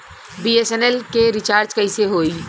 BSNL के recharge कैसे होयी?